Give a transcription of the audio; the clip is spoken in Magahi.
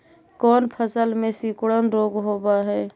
कोन फ़सल में सिकुड़न रोग होब है?